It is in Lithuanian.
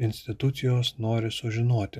institucijos nori sužinoti